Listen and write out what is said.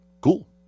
Cool